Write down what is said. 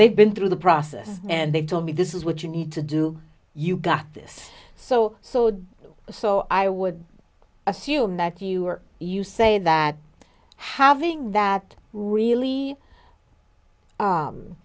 they've been through the process and they've told me this is what you need to do you got this so so so i would assume that you are you say that having that really